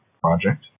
project